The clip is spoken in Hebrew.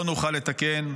לא נוכל לתקן.